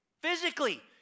Physically